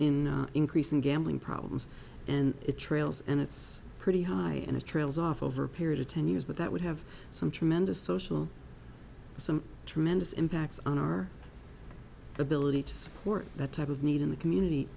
in increasing gambling problems and it trails and it's pretty high in a trails off over a period of ten years but that would have some tremendous social some tremendous impacts on our ability to support that type of need in the community